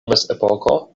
mezepoko